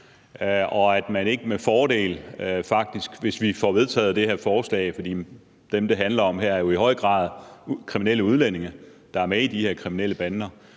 og at man med fordel, hvis vi får vedtaget det her forslag – for dem, det handler om her, er jo i høj grad kriminelle udlændinge, der er med i de her kriminelle bander